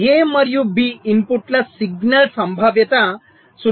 A మరియు B ఇన్పుట్ల signal సంభావ్యత 0